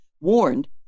warned